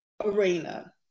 arena